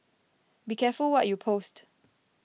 be careful what you post